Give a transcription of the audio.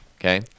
Okay